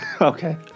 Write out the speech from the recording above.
Okay